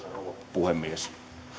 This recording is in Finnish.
puhemies